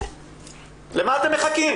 למה אתם מחכים?